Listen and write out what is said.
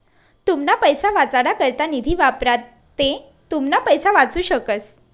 तुमना पैसा वाचाडा करता निधी वापरा ते तुमना पैसा वाचू शकस